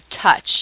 touch